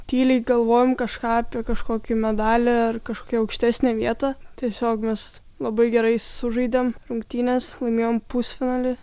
tyliai galvojom kažką apie kažkokį medalį ar kažkokią aukštesnę vietą tiesiog mes labai gerai sužaidėm rungtynes laimėjom pusfinalį